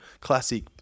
classic